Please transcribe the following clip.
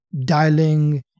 dialing